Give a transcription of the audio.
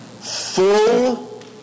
full